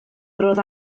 roedd